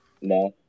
No